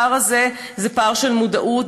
הפער הזה הוא פער במודעות,